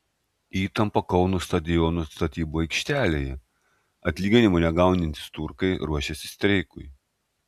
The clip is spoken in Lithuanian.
įtampa kauno stadiono statybų aikštelėje atlyginimų negaunantys turkai ruošiasi streikui